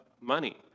money